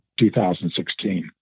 2016